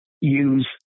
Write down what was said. use